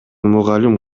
мугалим